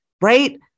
right